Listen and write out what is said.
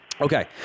Okay